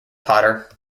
potter